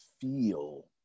feel